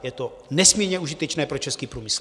Je to nesmírně užitečné pro český průmysl.